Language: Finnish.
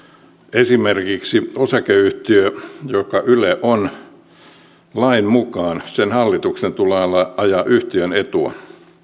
esimerkiksi osakeyhtiössä joka yle on lain mukaan hallituksen tulee ajaa yhtiön etua